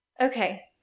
Okay